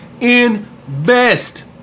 Invest